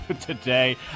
today